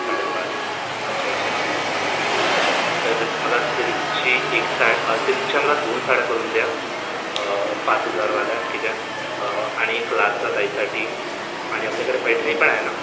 साडेपाच अच्छा अच्छा अच्छा तर मला सिल्कची एक सा सिल्कच्या मला दोन साड्या करून द्या पाच हजारवाल्या ठीक आहे आणि एक लाछा ताईसाठी आणि आपल्याकडे पैठणी पण आहे ना